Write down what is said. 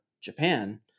Japan